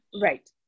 Right